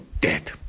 dead